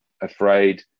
afraid